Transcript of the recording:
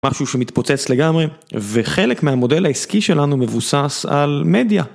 משהו שמתפוצץ לגמרי וחלק מהמודל העסקי שלנו מבוסס על מדיה.